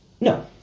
no